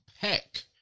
Pack